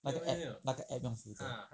那个 app 那个 app 用是不是